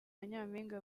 nyampinga